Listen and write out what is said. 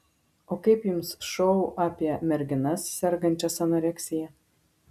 o kaip jums šou apie merginas sergančias anoreksija